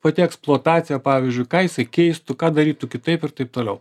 pati eksploatacija pavyzdžiui ką jisai keistų ką darytų kitaip ir taip toliau